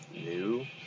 new